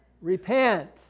repent